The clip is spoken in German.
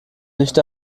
nicht